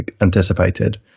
anticipated